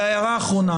והערה אחרונה